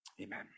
amen